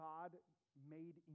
God-made